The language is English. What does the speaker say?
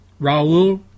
Raul